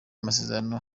masezerano